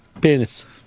penis